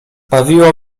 bawiła